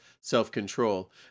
self-control